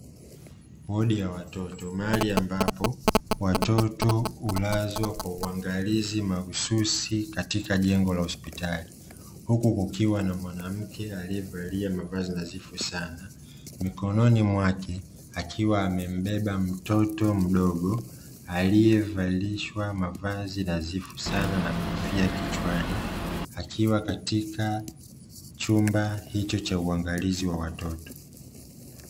Wodi ya watoto mahali ambapo watoto hulazwa kwa uangalizi mahususi katika jengo la hospitali, huku kukiwa na mwanamke aliyevalia mavazi nadhifu sana, mikononi mwake akiwa amembeba mtoto mdogo aliyevalishwa mavazi nadhifu sana na kofia kichwani, akiwa katika chumba hicho cha uangalizi wa watoto.